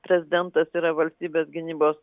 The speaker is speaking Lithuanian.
prezidentas yra valstybės gynybos